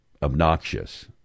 obnoxious